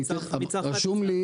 רשום לי,